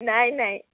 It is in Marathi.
नाही नाही